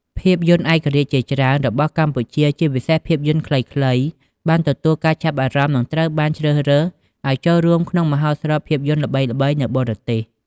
ភាពយន្តឯករាជ្យជាច្រើនរបស់កម្ពុជា ជាពិសេសភាពយន្តខ្លីៗ បានទទួលការចាប់អារម្មណ៍ និងត្រូវបានជ្រើសរើសឱ្យចូលរួមក្នុងមហោស្រពភាពយន្តល្បីៗនៅបរទេស។